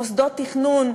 מוסדות תכנון,